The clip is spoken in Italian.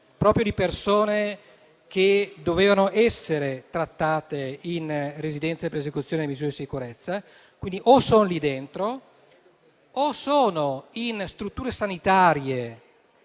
proprio persone che dovevano essere trattate in residenza per l'esecuzione di misure di sicurezza. Se non sono lì dentro, tali persone sono in strutture sanitarie